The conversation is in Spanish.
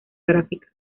gráfica